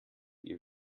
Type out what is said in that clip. ihr